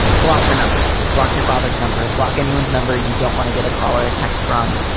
block her number, block your father's number, block anyone's number. you don't want to get a call or a text from.